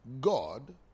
God